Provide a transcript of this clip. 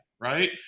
right